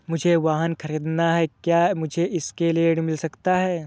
मुझे वाहन ख़रीदना है क्या मुझे इसके लिए ऋण मिल सकता है?